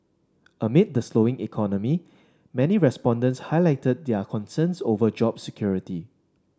amid the slowing economy many respondents highlighted their concerns over job security